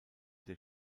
der